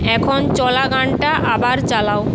এখন চলা গানটা আবার চালাও